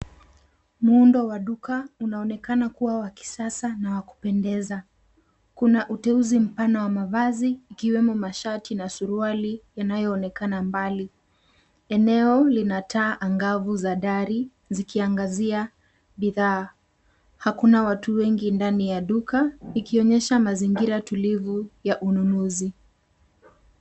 Muundo wa duka unaonekana kuwa wa kisasa na wa kupendeza. Kuna uteuzi mpana wa mavazi ikiwemo mashati na suruali yanayoonekana mbali. Eneo lina taa angavu za dari zikiangazia bidhaa. Hakuna watu wengi ndani ya duka, ikionyesha mazingira tulivu ya ununuzi.